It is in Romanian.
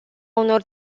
unor